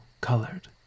colored